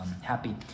happy